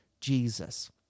Jesus